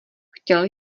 chtěl